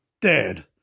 dead